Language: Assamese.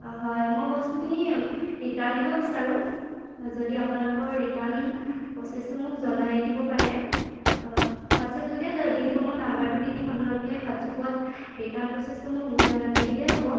অঁ হয় মই বস্তুখিনি ৰিটাৰ্ণ দিব বিচাৰো যদি আপোনালোকৰ ৰিটাৰ্ণ প্ৰ'চেছটো মোক জনাই দিব পাৰে হোৱাটছএপ যোগে দি দিব মই নাম্বাৰটো দি দিম আপোনালোকে হোৱাটছএপত ৰিটাৰ্ণ প্ৰ'চেছটো মোক বুজাই দি দিলেই হ'ব